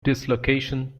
dislocation